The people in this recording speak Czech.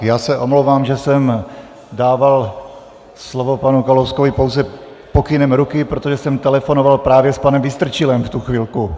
Já se omlouvám, že jsem dával slovo panu Kalouskovi pouze pokynem ruky, protože jsem telefonoval právě s panem Vystrčilem v tu chvilku.